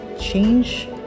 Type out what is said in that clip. change